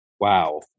Wow